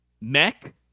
Mech